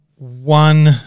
one